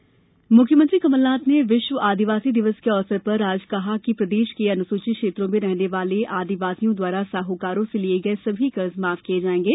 विश्व आदिवासी दिवस मुख्यमंत्री कमलनाथ ने विश्व आदिवासी दिवस के अवसर पर आज कहा कि प्रदेश के अनुसूचित क्षेत्रों में रहने वाले आदिवासियों द्वारा साहूकारों से लिए गए सभी कर्ज माफ किए जाएंगे